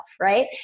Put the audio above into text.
Right